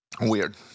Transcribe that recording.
Weird